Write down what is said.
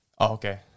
okay